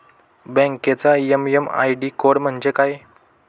बँकेचा MM ID code म्हणजे काय?